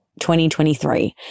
2023